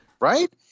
Right